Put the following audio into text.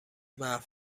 محو